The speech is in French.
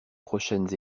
prochaines